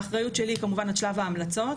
האחריות שלי כמובן עד שלב ההמלצות.